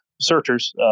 searchers